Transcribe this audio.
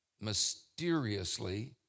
mysteriously